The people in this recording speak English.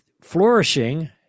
flourishing